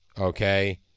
Okay